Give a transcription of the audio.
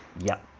yep,